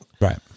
Right